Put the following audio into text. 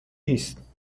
نیست